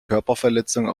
körperverletzung